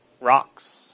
Rocks